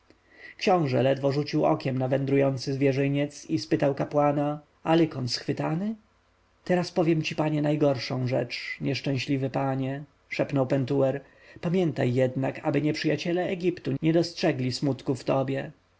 książę ledwo rzucił okiem na wędrujący zwierzyniec i pytał kapłana a lykon schwytany teraz powiem ci najgorszą rzecz nieszczęśliwy panie szeptał pentuer pamiętaj jednak aby nieprzyjaciele egiptu nie dostrzegli smutku w tobie